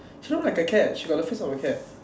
she look like a cat she got the face of a cat